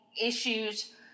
issues